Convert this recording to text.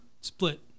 Split